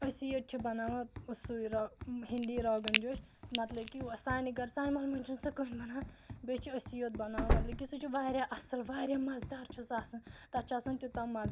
أسی یوت چھِ بَناوان سُے ہٕنٛدی روگن جوش مطلب کہِ سانہِ محلہٕ منٛز چھُنہٕ سُہ کٕہٕنۍ تہِ بَناوان بیٚیہِ چھِ أسی یوت بَناوان مطلب کہِ سُہ چھُ واریاہ اَصٕل واریاہ مزدار چھُ سُہ آسان تَتھ چھُ آسان تیوٗتاہ مَزٕ